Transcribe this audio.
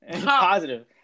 positive